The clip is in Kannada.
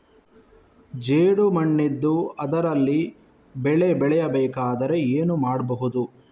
ಜೇಡು ಮಣ್ಣಿದ್ದು ಅದರಲ್ಲಿ ಬೆಳೆ ಬೆಳೆಯಬೇಕಾದರೆ ಏನು ಮಾಡ್ಬಹುದು?